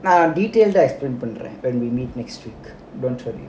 நான்:naan detailed ah explain பண்றேன்:pandraen when we meet next week